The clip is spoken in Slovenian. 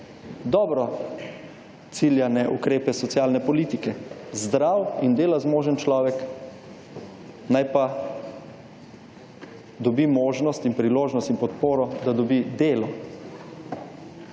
dobro ciljane ukrepe socialne politike, zdrav in dela zmožen človek naj pa dobi možnost in priložnost in podporo, da dobi delo.